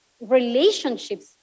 relationships